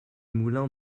moulin